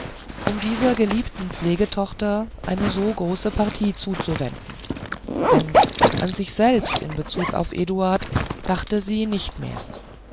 um dieser geliebten pflegetochter eine so große partie zuzuwenden denn an sich selbst in bezug auf eduard dachte sie nicht mehr